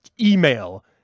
email